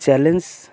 challenge